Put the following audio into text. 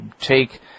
take